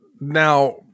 now